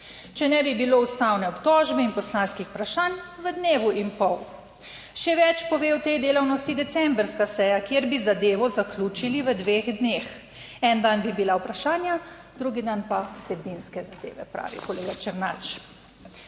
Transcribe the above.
Če ne bi bilo ustavne obtožbe in poslanskih vprašanj v dnevu in pol. Še več pove o tej delavnosti decembrska seja, kjer bi zadevo zaključili v dveh dneh, en dan bi bila vprašanja, drugi dan pa vsebinske zadeve," pravi kolega Černač.